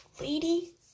lady